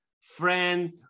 friend